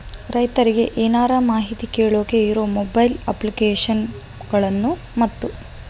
ರೈತರಿಗೆ ಏನರ ಮಾಹಿತಿ ಕೇಳೋಕೆ ಇರೋ ಮೊಬೈಲ್ ಅಪ್ಲಿಕೇಶನ್ ಗಳನ್ನು ಮತ್ತು?